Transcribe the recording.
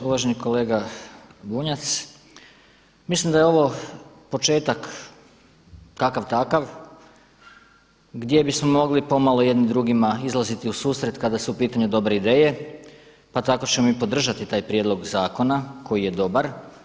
Uvaženi kolega Bunjac, mislim da je ovo početak kakav takav gdje bismo mogli pomalo jedni drugima izlaziti u susret kada su u pitanju dobre ideje pa tako ćemo i podržati taj prijedlog zakona koji je dobar.